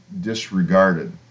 disregarded